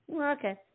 okay